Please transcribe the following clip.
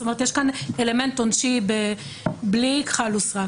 זאת אומרת, יש כאן אלמנט עונשי, בלי כחל וסרק.